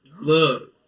Look